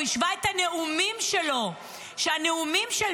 הוא השווה את הנאומים שלו שהנאומים של